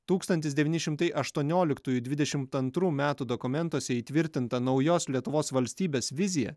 tūkstantis devynišimtai aštuonioliktųjų dvidešimt antrų metų dokumentuose įtvirtinta naujos lietuvos valstybės vizija